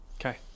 okay